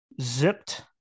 zipped